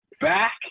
back